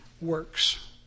works